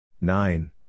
Nine